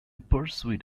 pursuit